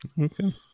Okay